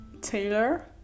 Taylor